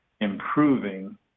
improving